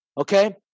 okay